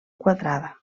quadrada